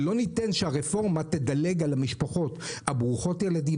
ולא ניתן שהרפורמה תדלג על המשפחות ברוכות הילדים,